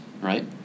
right